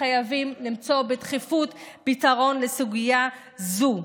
חייבים למצוא בדחיפות פתרון לסוגיה זו.